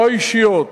לא האישיות,